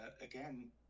again